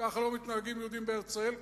כך לא מתנהגים יהודים בארץ-ישראל.